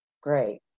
Great